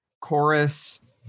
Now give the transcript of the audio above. chorus